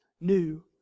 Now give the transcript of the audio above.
new